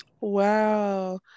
Wow